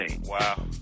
wow